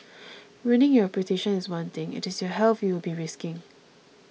ruining your reputation is one thing it is your health you will be risking